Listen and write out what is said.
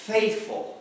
Faithful